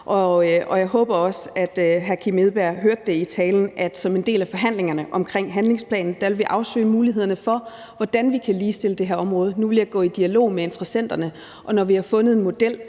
jeg håber også, at hr. Kim Edberg Andersen hørte i talen, at som en del af forhandlingerne om handlingsplanen vil vi afsøge mulighederne for, hvordan vi kan ligestille på det her område. Nu vil jeg gå i dialog med interessenterne, og når vi har fundet en model,